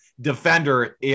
defender